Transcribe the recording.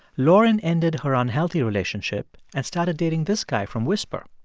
lauren ended her unhealthy relationship and started dating this guy from whisper,